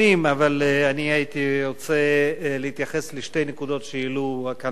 אבל אני הייתי רוצה להתייחס לשתי נקודות שהעלו כאן החברים.